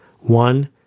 One